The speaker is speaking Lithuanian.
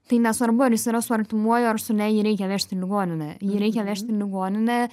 tai nesvarbu ar jis yra su artimuoju ar su ne jį reikia vežt į ligoninę jį reikia vežt į ligoninę